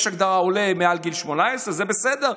יש הגדרה לעולה מעל גיל 18, זה בסדר.